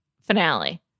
finale